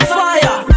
fire